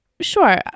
sure